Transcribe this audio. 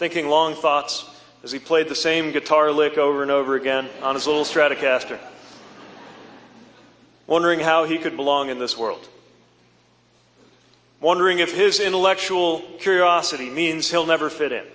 thinking long thoughts as he played the same guitar lick over and over again on a school stratocaster wondering how he could belong in this world wondering if his intellectual curiosity means he'll never fit in